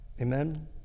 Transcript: Amen